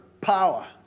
power